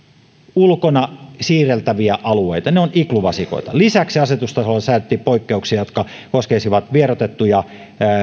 ulkona siirreltävillä alueilla ne ovat igluvasikoita lisäksi asetustasolla säädettäisiin poikkeuksia jotka koskisivat vieroitettuja